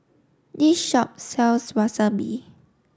this shop sells Wasabi